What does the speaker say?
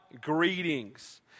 greetings